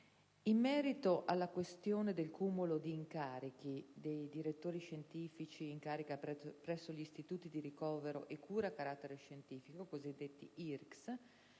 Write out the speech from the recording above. in merito alla questione del cumulo di incarichi dei direttori scientifici in carica presso gli Istituti di ricovero e cura a carattere scientifico (IRCCS),